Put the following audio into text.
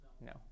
No